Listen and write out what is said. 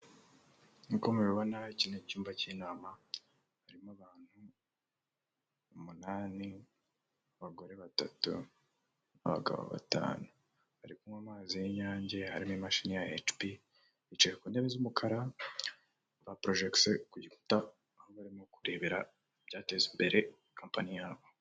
Nkuko mubibona iki ni icyumba k'inama harimo abantu umunani, abagore batatu n'abagabo batanu bari kunywa amazi y'inyange, harimo imashini ya ecipi yicaye ku ntebe z'umukara, ba porojegise ku gikuta aho barimo kurebera ibyateza imbere compani yabo.